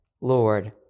Lord